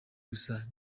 gusa